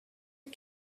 que